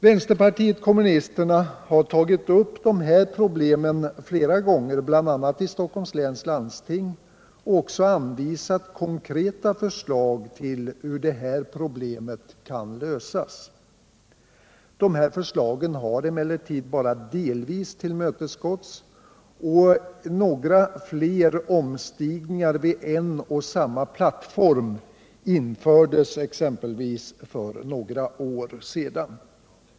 Vänsterpartiet kommunisterna har tagit upp det här problemet flera gånger, bl.a. i Stockholms läns landsting, och också anvisat konkreta förslag till hur problemet kan lösas. Förslagen har emellertid bara delvis tillmötesgåtts; några fler omstigningar vid en och samma plattform har exempelvis införts för några år sedan.